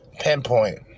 pinpoint